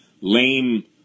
lame